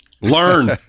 Learn